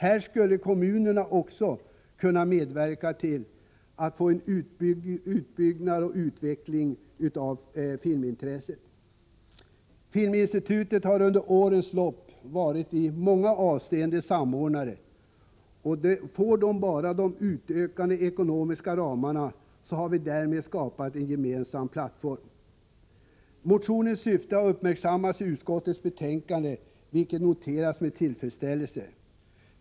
Här skulle kommunerna också kunna medverka till att få en utbyggnad och utveckling av filmintresset. Filminstitutet har under årens lopp i många avseenden varit en samordnare. Får institutet bara utökade ekonomiska ramar har vi därigenom skapat en gemensam plattform. Motionens syfte har uppmärksammats i utskottets betänkande, vilket noteras med tillfredsställelse.